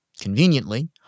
conveniently